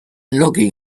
looking